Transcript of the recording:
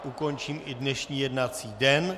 Ukončím tedy i dnešní jednací den.